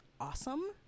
awesome